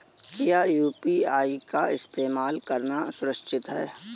क्या यू.पी.आई का इस्तेमाल करना सुरक्षित है?